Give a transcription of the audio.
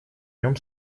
нем